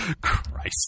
Christ